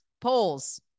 polls